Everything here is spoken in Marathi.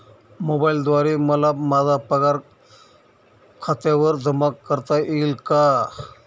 मोबाईलद्वारे मला माझा पगार खात्यावर जमा करता येईल का?